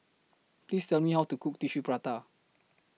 Please Tell Me How to Cook Tissue Prata